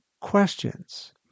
questions